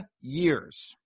years